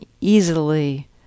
easily